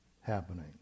happening